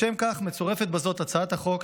לשם כך מצורפת בזאת הצעת החוק,